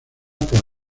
por